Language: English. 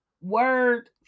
word